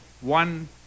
one